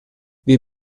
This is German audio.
wir